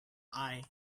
eye